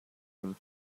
him